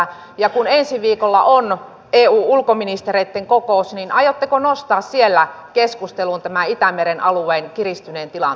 ja kun ensi viikolla on eun ulkoministereitten kokous aiotteko nostaa siellä keskusteluun tämän itämeren alueen kiristyneen tilanteen